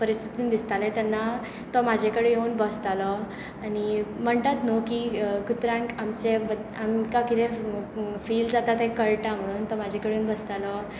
परीस्थितीन दिसतालें तेन्ना तो म्हजे कडेन येवन बसतालो आनी म्हणटात न्हय की कुत्र्यांक आमचें आमकां कितें फिल जाता ते कळटा म्हणून तो म्हजे कडेन बसतालो